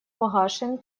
погашен